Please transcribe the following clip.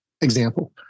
example